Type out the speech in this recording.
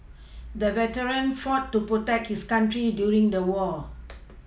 the veteran fought to protect his country during the war